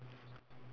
there's eleven